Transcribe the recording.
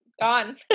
gone